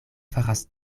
faras